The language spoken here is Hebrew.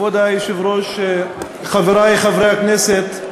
כבוד היושב-ראש, חברי חברי הכנסת,